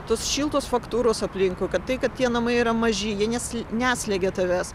tos šiltos faktūros aplinkui kad tai kad tie namai yra maži jie nes neslegia tavęs